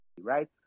right